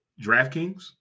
DraftKings